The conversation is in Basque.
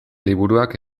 liburuak